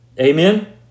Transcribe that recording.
Amen